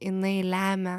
jinai lemia